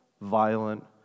violent